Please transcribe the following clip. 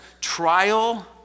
trial